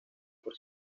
por